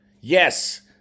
Yes